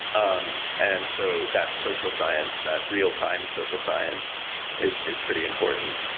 um and so that social science, that real time social science is is pretty important.